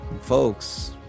Folks